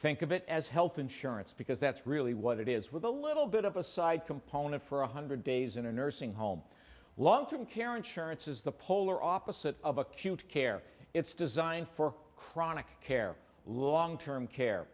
think of it as health insurance because that's really what it is with a little bit of a side component for one hundred days in a nursing home long term care insurance is the polar opposite of acute care it's designed for chronic care long term care